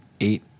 eight